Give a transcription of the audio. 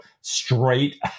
straight